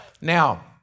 Now